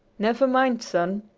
never mind, son,